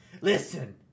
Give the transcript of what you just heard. Listen